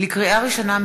לקריאה ראשונה,